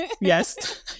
Yes